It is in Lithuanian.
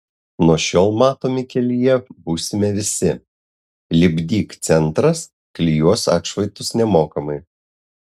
nuo šiol matomi kelyje būsime visi lipdyk centras klijuos atšvaitus nemokamai